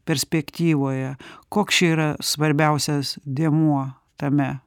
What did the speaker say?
perspektyvoje koks čia yra svarbiausias dėmuo tame